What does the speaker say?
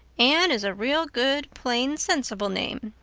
anne is a real good plain sensible name.